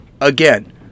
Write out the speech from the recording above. Again